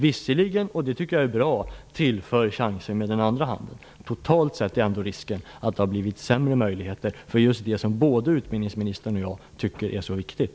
Visserligen tillför han - det tycker jag är bra - chanser med den andra. Risken är ändå att det totalt sett har blivit sämre möjligheter till det som både utbildningsministern och jag tycker är så viktigt.